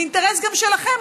זה אינטרס גם שלכם.